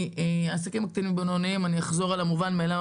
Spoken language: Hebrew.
העסקים הקטנים והבינוניים אני אחזור על המובן מאליו,